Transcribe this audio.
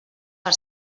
per